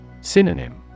Synonym